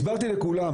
הסברתי לכולם,